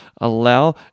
allow